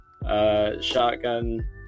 Shotgun